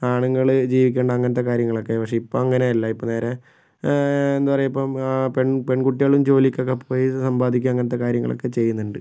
ആണുങ്ങള് ജീവിക്കണ്ട അങ്ങനത്തെ കാര്യങ്ങളൊക്കെ പക്ഷെ ഇപ്പം അങ്ങനെയല്ല ഇപ്പം നേരെ എന്താ പറയുക ഇപ്പം പെൺ പെൺകുട്ടികളും ജോലിക്കൊക്കെ പോയി സമ്പാദിക്കുക അങ്ങനത്തെ കാര്യങ്ങളക്കെ ചെയ്യുന്നുണ്ട്